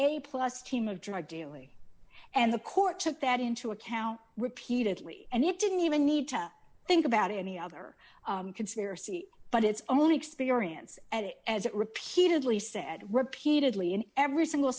a plus team of drug doing and the court took that into account repeatedly and it didn't even need to think about any other conspiracy but its only experience at it as it repeatedly said repeatedly in every single